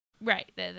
Right